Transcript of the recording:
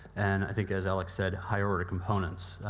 and i think, as alex said, higher order components.